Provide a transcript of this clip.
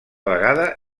vegada